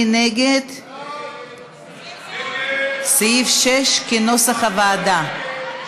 מי נגד סעיף 6 כנוסח הוועדה?